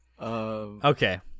Okay